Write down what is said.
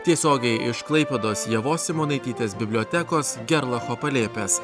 tiesiogiai iš klaipėdos ievos simonaitytės bibliotekos gerlafo palėpės